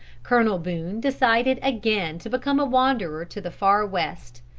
colonel boone decided again to become a wanderer to the far west,